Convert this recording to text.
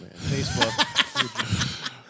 Facebook